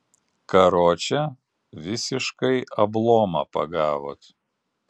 karoče visiškai ablomą pagavot